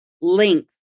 length